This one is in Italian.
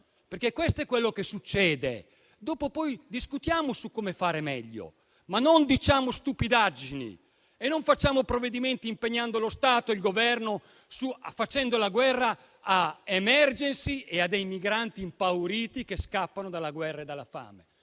navi? Questo è quello che succede. Dopo discutiamo su come fare meglio, ma non diciamo stupidaggini e non facciamo provvedimenti impegnando lo Stato e il Governo, facendo la guerra a Emergency e a dei migranti impauriti che scappano dalla guerra e dalla fame.